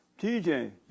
TJ